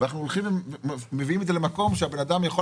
ואנחנו מביאים את זה למקום שהבן-אדם יכול